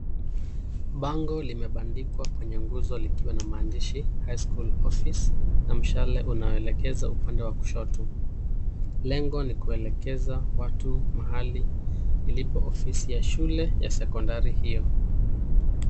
Bango linebandikwa kwenye nguzo likiwa na maandishi, High[cs ] school office na mshale unao elekeza upande wa kushoto. Lengo ni kuelekeza watu mahali ilipo ofisi ya shule ya sekondari hiyo.